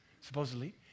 supposedly